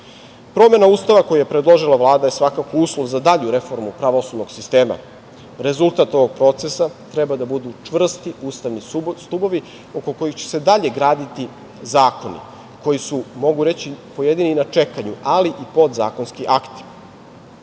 Ustava koji je predložila Vlada svakako je uslov za dalju reformu pravosudnog sistema. Rezultat ovog procesa treba da budu čvrsti ustavni stubovi oko kojih će se dalje graditi zakoni koji su, mogu reći, pojedini na čekanju, ali i podzakonski akti. Ovom